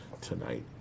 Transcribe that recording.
tonight